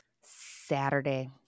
Saturday